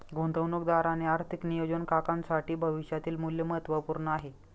गुंतवणूकदार आणि आर्थिक नियोजन काकांसाठी भविष्यातील मूल्य महत्त्वपूर्ण आहे